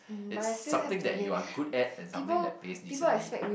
it's something that you are good at and something that pays decently